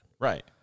Right